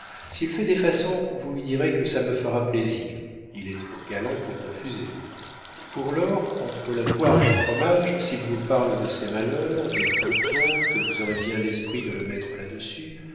s'il fait des façons vous lui direz que ça me fera plaisir il est trop galant pour refuser pour lors entre la poire et le fromage s'il vous parle de ses malheurs des pontons que vous aurez bien l'esprit de le mettre là-dessus